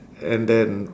and then